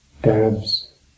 Dabs